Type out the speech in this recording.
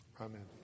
Amen